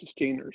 sustainers